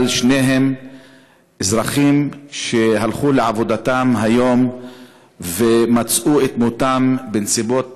שניהם אזרחים שהלכו לעבודתם היום ומצאו את מותם בנסיבות טרגיות,